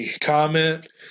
comment